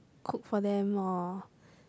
cook for them or